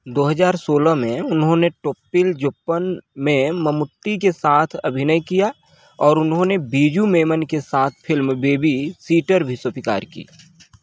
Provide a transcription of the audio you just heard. दो हज़ार सोलह में उन्होंने टोप्पील जोप्पन में मम्मूट्टी के साथ अभिनय किया और उन्होंने बीजू मेनन के साथ फिल्म बेबी सिटर भी स्वीकार की